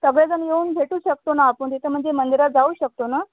सगळेजण येऊन भेटू शकतो ना आपण तिथं म्हणजे मंदिरात जाऊ शकतो ना